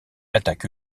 attaque